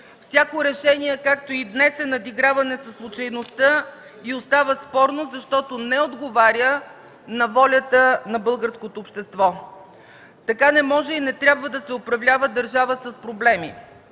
Всяко решение, както и днес, е надиграване със случайността и остава спорно, защото не отговоря на волята на българското общество. Така не може и не трябва да се управлява държава с проблеми